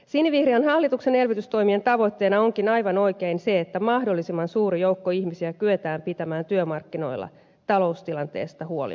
sinivihreän hallituksen elvytystoimien tavoitteena onkin aivan oikein se että mahdollisimman suuri joukko ihmisiä kyetään pitämään työmarkkinoilla taloustilanteesta huolimatta